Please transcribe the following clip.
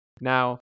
Now